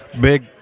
big